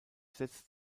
setzt